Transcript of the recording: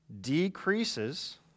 decreases